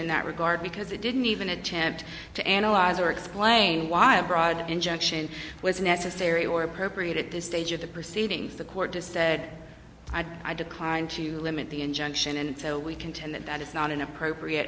in that regard because it didn't even attempt to analyze or explain why a broad injunction was necessary or appropriate at this stage of the proceedings the court to said i decline to limit the injunction and so we contend that that is not an appropriate